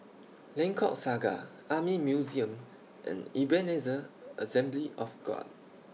Lengkok Saga Army Museum and Ebenezer Assembly of God